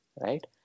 Right